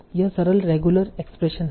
यह सरल regular expression है